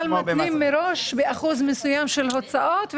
אבל נותנים מראש באחוז מסוים של הוצאות,